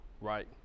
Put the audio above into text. right